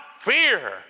fear